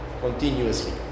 continuously